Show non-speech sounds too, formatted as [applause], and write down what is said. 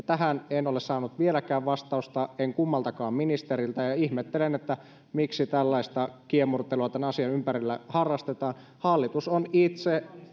[unintelligible] tähän en ole saanut vieläkään vastausta en kummaltakaan ministeriltä ja ihmettelen miksi tällaista kiemurtelua tämän asian ympärillä harrastetaan hallitus on itse